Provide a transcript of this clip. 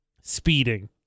Speeding